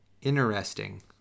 Interesting